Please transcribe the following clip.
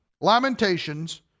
Lamentations